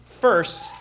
First